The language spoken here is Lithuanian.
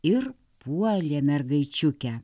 ir puolė mergaičiukę